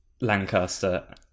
Lancaster